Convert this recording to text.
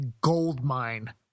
goldmine